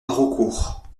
haraucourt